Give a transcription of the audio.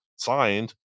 signed